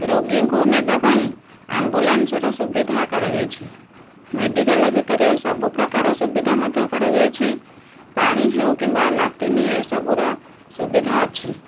ରୋଗୀଙ୍କୁ ନେବାପାଇଁ ଆମ୍ବୁଲାନ୍ସର ସୁବିଧା କରାଯାଇଛି ମେଡ଼ିକାଲ ଭିତରେ ସବୁ ପ୍ରକାର ସୁବିଧା ମଧ୍ୟ କରାଯାଇଛି ପାଣି ହେଉ କିମ୍ବା ଲାଟ୍ରିନ୍ ଏହି ସବୁର ସୁବିଧା ଅଛି